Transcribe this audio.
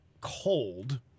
cold